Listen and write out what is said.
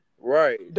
Right